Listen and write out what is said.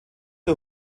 der